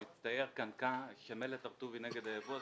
אם מצטייר כאן ש"מלט הר-טוב" היא נגד היבוא,